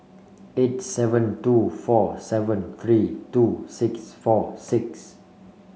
eight seven two four seven three two six four six